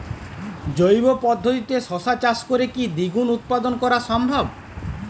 জৈব পদ্ধতিতে শশা চাষ করে কি দ্বিগুণ উৎপাদন করা সম্ভব?